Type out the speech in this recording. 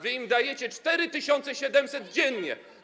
Wy im dajecie 4700 dziennie.